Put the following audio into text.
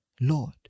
Lord